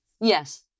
Yes